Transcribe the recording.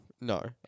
No